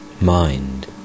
mind